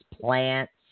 plants